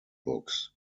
books